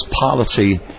policy